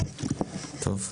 טוב,